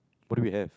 what do we have